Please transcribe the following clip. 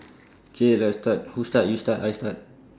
K let's start who start you start I start